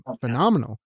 phenomenal